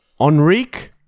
Enrique